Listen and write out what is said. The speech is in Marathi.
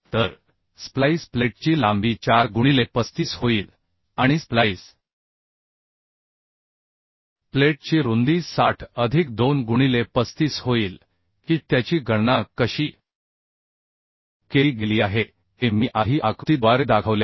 तर स्प्लाईस प्लेटची लांबी 4 गुणिले 35 होईल आणि स्प्लाईस प्लेटची रुंदी 60 अधिक 2 गुणिले 35 होईल की त्याची गणना कशी केली गेली आहे हे मी आधी आकृतीद्वारे दाखवले आहे